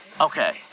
Okay